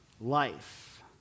life